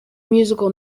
musical